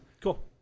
cool